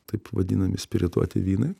taip vadinami spirituoti vynai